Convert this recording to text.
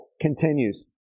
continues